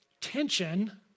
tension